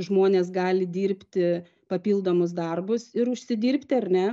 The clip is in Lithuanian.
žmonės gali dirbti papildomus darbus ir užsidirbti ar ne